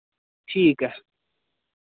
ठीक ऐ